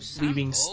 leaving